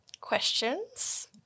questions